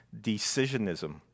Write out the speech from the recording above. decisionism